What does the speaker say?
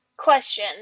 Question